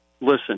Listen